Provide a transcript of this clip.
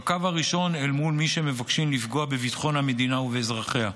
בקו הראשון אל מול מי שמבקשים לפגוע בביטחון המדינה ובאזרחיה.